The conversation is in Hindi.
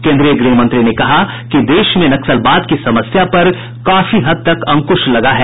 केन्द्रीय गृह मंत्री ने कहा कि देश में नक्सलवाद की समस्या पर काफी हदतक अंकुश लगा है